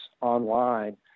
online